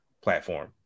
platform